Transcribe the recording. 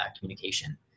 communication